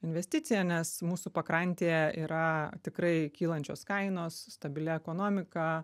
investicija nes mūsų pakrantėje yra tikrai kylančios kainos stabili ekonomika